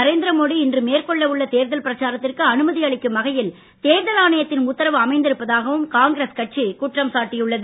நரேந்திரமோடி இன்று மேற்கொள்ளவுள்ள தேர்தல் பிரச்சாரத்திற்கு அனுமதி அளிக்கும் வகையில் தேர்தல் ஆணையத்தின் உத்தரவு அமைந்திருப்பதாக காங்கிரஸ் கட்சி குற்றம் சாட்டியுள்ளது